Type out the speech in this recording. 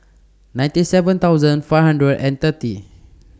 ninety seven thousand five hundred and thirty